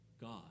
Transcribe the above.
God